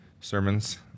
sermons